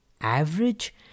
average